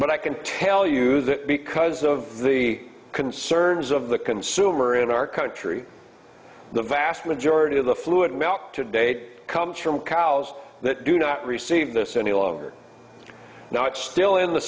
but i can tell you that because of the concerns of the consumer in our country the vast majority of the fluid mail to date comes from cows that do not receive this any longer not still in the